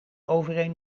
overeen